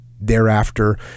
thereafter